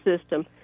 system